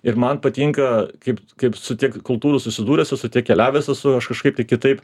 ir man patinka kaip kaip su tiek kultūrų susidūręs esu tiek keliavęs esu aš kažkaip tai kitaip